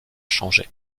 changé